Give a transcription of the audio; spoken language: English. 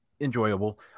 enjoyable